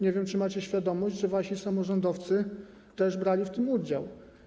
Nie wiem, czy macie świadomość, że wasi samorządowcy też brali w tym udział.